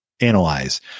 analyze